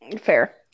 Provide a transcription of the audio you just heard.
fair